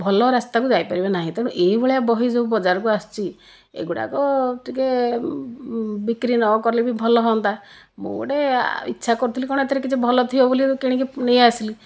ଭଲ ରାସ୍ତାକୁ ଯାଇପାରିବେ ନାହିଁ ତେଣୁ ଏଇ ଭଳିଆ ବହି ସବୁ ବଜାରକୁ ଆସୁଛି ଏଗୁଡ଼ାକ ଟିକିଏ ବିକ୍ରି ନକଲେ ବି ଭଲ ହୁଅନ୍ତା ମୁଁ ଗୋଟିଏ ଇଚ୍ଛା କରୁଥିଲି କ'ଣ ଏଥିରେ କିଛି ଭଲ ଥିବ ବୋଲି କିଣିକି ନେଇଆସିଲି